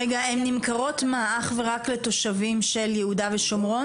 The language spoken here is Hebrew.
רגע, הן נמכרות אך ורק לתושבים של יהודה ושומרון?